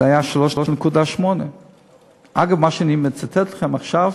זה היה 3.8. אגב, מה שאני מצטט לכם עכשיו,